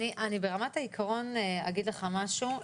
ברמת העיקרון, אני אגיד לך משהו.